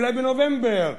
אולי בנובמבר,